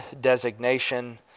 designation